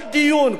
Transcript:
כל דיון,